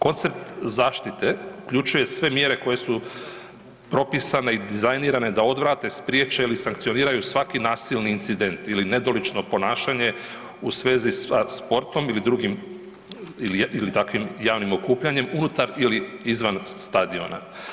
Koncept zaštite uključuje sve mjere koje su propisane i dizajnirane da odvrate, spriječe ili sankcioniraju svaki nasilni incident ili nedolično ponašanje u svezi sa sportom ili drugim, ili takvim javnim okupljanjem, unutar ili izvan stadiona.